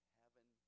heaven